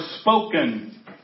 spoken